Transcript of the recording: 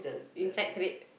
inside trade